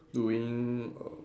doing err